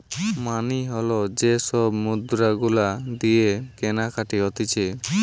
মানি হল যে সব মুদ্রা গুলা দিয়ে কেনাকাটি হতিছে